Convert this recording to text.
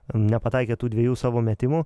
nepataikė tų dviejų savo metimų